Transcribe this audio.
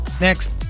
Next